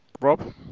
Rob